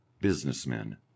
businessmen